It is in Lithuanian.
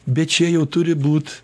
bet čia jau turi būt